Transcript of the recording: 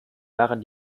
waren